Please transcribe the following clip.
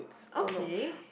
okay